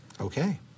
Okay